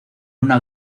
una